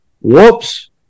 whoops